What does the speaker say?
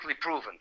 proven